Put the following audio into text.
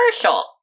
commercial